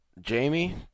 Jamie